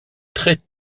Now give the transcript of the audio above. très